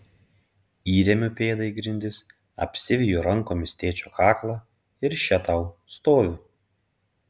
įremiu pėdą į grindis apsiveju rankomis tėčio kaklą ir še tau stoviu